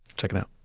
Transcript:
check it out.